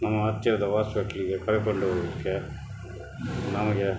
ನಮ್ಮ ಹತ್ತಿರದ ಹಾಸ್ಪಿಟ್ಲಿಗೆ ಕರ್ಕೊಂಡ್ ಹೋಗ್ಲಿಕ್ಕೆ ನಮ್ಗೆ